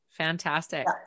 Fantastic